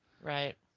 Right